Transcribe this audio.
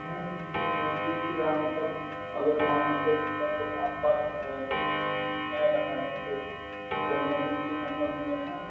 हूं जी वो दिख ही रहा है मतलब अगर मान लीजिए कि मतलब आसपास में कोई नहीं रहा या फिर कोई इमरजेंसी नंबर उंबर है